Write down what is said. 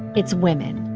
it's women.